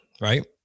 Right